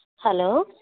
hello